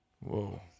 Whoa